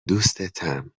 دوستتم